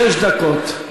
שש דקות.